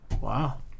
Wow